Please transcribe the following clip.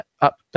Up